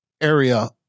area